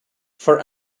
for